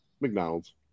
McDonald's